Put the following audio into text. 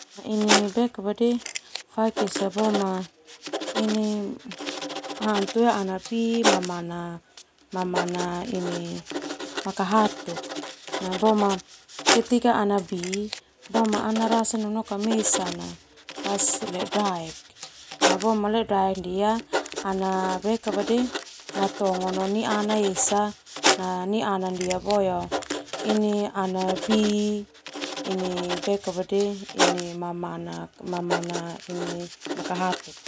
Faik esa boma hantu ana bi mamanak makahatuk boma ketika ana bi, boema ana rasa mesakana ledodaek ndia natongo no ni'iana esa na ni'iana ndia boe ana bi mamanak ini makahatuk.